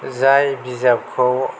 जाय बिजाबखौ